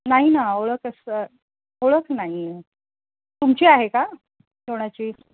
नाही ना ओळख असं ओळख नाही आहे तुमची आहे का